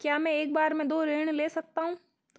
क्या मैं एक बार में दो ऋण ले सकता हूँ?